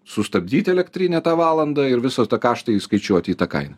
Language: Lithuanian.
sustabdyt elektrinę tą valandą ir visą tą kaštą įskaičiuoti į tą kainą